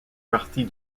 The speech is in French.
partie